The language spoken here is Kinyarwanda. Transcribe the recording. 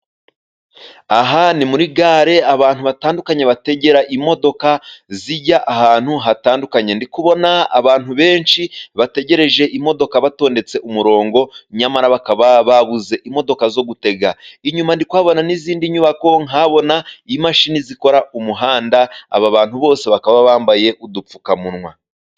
Aha ni muri gare abantu batandukanye bategera imodoka, zijya ahantu hatandukanye. Ndi kubona abantu benshi bategereje imodoka, batondetse umurongo nyamara bakaba babuze imodoka zo gutega. Inyuma ndabona n'izindi nyubako, nkabona imashini zikora umuhanda. Aba bantu bose bakaba bambaye udupfukamunwa.